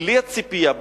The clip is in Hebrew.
בלי הציפייה,